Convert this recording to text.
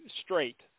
straight